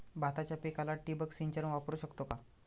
भाताच्या पिकाला ठिबक सिंचन वापरू शकतो का?